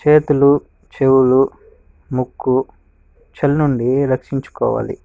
చేతులు చెవులు ముక్కు చలి నుండి రక్షించుకోవాలి